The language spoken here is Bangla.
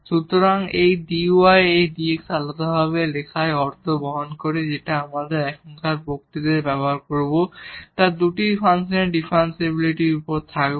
সুতরাং এই dy এবং dx আলাদাভাবে লেখায় অর্থ বহন করে এবং যেটি আমরা এখনকার বক্তৃতায় ব্যবহার করব তা দুটি ফাংশনের ডিফারেনশিবিলিটির উপর থাকবে